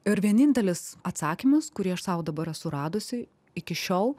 ir vienintelis atsakymas kurį aš sau dabar esu radusi iki šiol